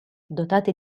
dotate